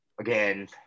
again